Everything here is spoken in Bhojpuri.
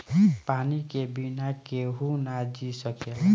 पानी के बिना केहू ना जी सकेला